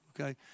Okay